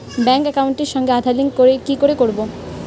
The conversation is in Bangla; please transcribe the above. ব্যাংক একাউন্টের সঙ্গে আধার লিংক কি করে করবো?